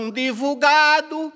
divulgado